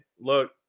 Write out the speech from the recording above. look